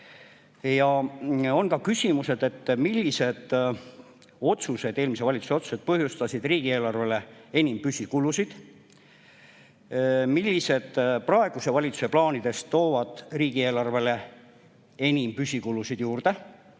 sellised küsimused. Millised otsused, eelmise valitsuse otsused, põhjustasid riigieelarvele enim püsikulusid? Millised praeguse valitsuse plaanid toovad riigieelarvele enim püsikulusid juurde?